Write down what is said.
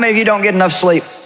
ah you don't get enough sleep,